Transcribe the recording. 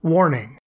Warning